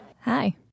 Hi